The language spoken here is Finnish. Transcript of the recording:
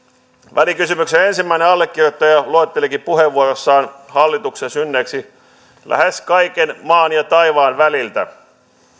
välikysymyksen ensimmäinen allekirjoittaja luettelikin puheenvuorossaan hallituksen synneiksi lähes kaiken maan ja taivaan väliltä